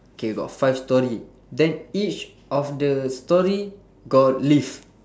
K got five storey then each of the storey got lift